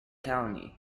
county